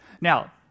Now